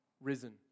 risen